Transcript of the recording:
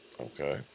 Okay